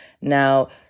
Now